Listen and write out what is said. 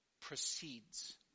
proceeds